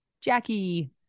Jackie